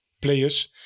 players